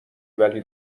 ولی